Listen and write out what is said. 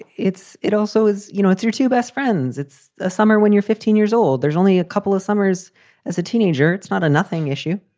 it's it also is you know, it's your two best friends. it's ah summer when you're fifteen years old. there's only a couple of summers as a teenager. it's not a nothing issue.